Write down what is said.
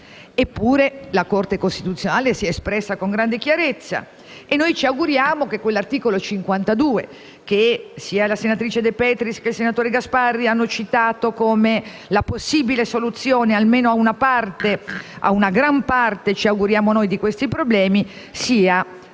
Eppure, la Corte costituzionale si è espressa con grande chiarezza e ci auguriamo che quell'articolo 52, citato sia dalla senatrice De Petris che dal senatore Gasparri come la possibile soluzione almeno a una parte - a una gran parte, ci auguriamo noi - di questi problemi, sia davvero